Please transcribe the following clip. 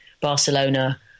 Barcelona